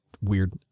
weird